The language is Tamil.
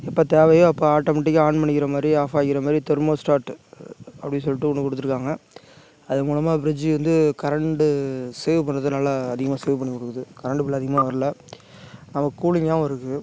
எப்போ தேவையோ அப்போ ஆட்டோமெட்டிக்காக ஆன் பண்ணிக்கிற மாதிரி ஆஃபாயிக்கிற மாதிரி தெர்மோஸ்டாட் அப்படின் சொல்லிட்டு ஒன்று கொடுத்துருக்காங்க அது மூலமாக ப்ரிஜ்ஜி வந்து கரெண்டு சேவ் பண்ணுது நல்லா அதிகமாக சேவ் பண்ணி கொடுக்குது கரெண்டு பில்லு அதிகமாக வரல நம்ம கூலிங்காகவும் இருக்கு